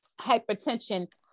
hypertension